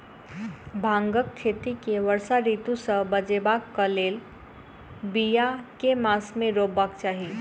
भांगक खेती केँ वर्षा ऋतु सऽ बचेबाक कऽ लेल, बिया केँ मास मे रोपबाक चाहि?